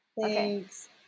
Thanks